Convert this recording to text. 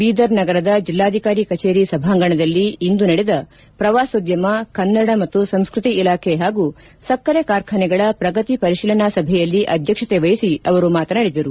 ಬೀದರ್ ನಗರದ ಜಿಲ್ಲಾಧಿಕಾರಿ ಕಚೇರಿ ಸಭಾಂಗಣದಲ್ಲಿ ಇಂದು ನಡೆದ ಶ್ರವಾಸೋದ್ಯಮ ಕನ್ನಡ ಮತ್ತು ಸಂಸ್ಕತಿ ಇಲಾಖೆ ಹಾಗೂ ಸಕ್ಕರೆ ಕಾರ್ಖಾನೆಗಳ ಪ್ರಗತಿ ಪರಿಶೀಲನಾ ಸಭೆಯಲ್ಲಿ ಅಧ್ಯಕ್ಷತೆ ವಹಿಸಿ ಅವರು ಮಾತನಾಡಿದರು